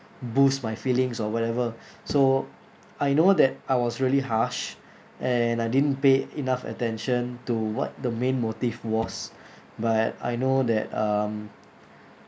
boost my feelings or whatever so I know that I was really harsh and I didn't pay enough attention to what the main motive was but I know that um